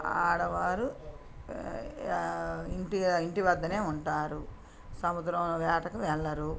ఆడవారు ఇంటి ఇంటి వద్ద ఉంటారు సముద్రం వేటకి వెళ్ళరు